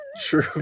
True